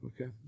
okay